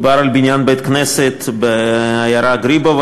מדובר על בניין בית-כנסת בעיירה גריבוב,